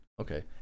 okay